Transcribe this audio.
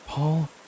Paul